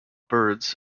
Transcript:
birds